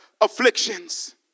afflictions